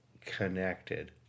connected